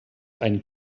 einen